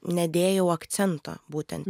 nedėjau akcento būtent